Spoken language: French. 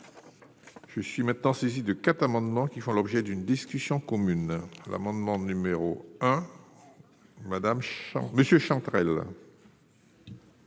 Je suis maintenant saisi de quatre amendements qui font l'objet d'une discussion commune l'amendement numéro 1 Madame